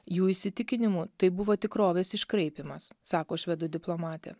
jų įsitikinimu tai buvo tikrovės iškraipymas sako švedų diplomatė